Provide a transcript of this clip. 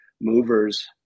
movers